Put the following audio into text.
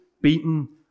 beaten